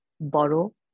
borrow